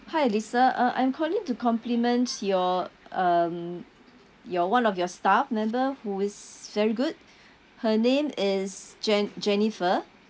hi lisa uh I'm calling to compliment your um your one of your staff member who is very good her name is jen~ jennifer